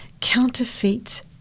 counterfeits